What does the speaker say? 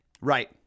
Right